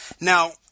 Now